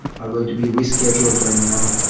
are going to be rescheduled right now,